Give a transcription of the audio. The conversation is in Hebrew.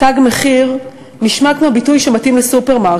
"תג מחיר" נשמע כמו ביטוי שמתאים לסופרמרקט,